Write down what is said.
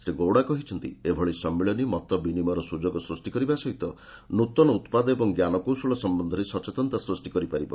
ଶ୍ରୀ ଗୌଡା କହିଛନ୍ତି ଏଭଳି ସମ୍ମିଳନୀ ମତ ବିନିମୟର ସୁଯୋଗ ସୃଷ୍ଟି କରିବା ସହିତ ନୂତନ ଉତ୍ପାଦ ଓ ଜ୍ଞାନକୌଶଳ ସମ୍ଭନ୍ଧରେ ସଚେତନତା ସୃଷ୍ଟି କରିପାରିବ